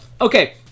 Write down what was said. Okay